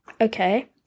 Okay